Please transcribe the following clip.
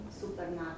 supernatural